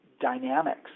dynamics